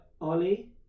Ollie